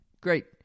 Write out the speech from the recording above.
Great